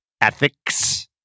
ethics